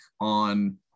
on